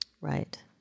Right